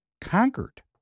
conquered